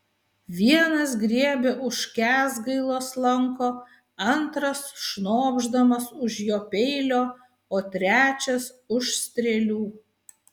vienas griebia už kęsgailos lanko antras šnopšdamas už jo peilio o trečias už strėlių